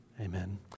Amen